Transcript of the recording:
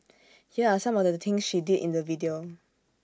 here are some of the things she did in the video